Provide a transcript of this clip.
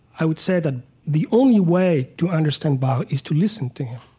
i would say that the only way to understand bach is to listen to him.